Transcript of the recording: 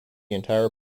entire